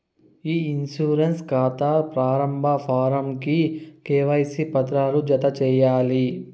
ఇ insurance కాతా ప్రారంబ form కి కేవైసీ పత్రాలు జత చేయాలి